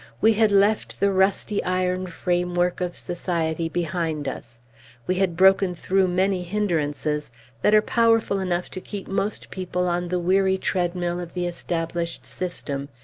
we had left the rusty iron framework of society behind us we had broken through many hindrances that are powerful enough to keep most people on the weary treadmill of the established system,